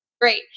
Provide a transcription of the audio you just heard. Great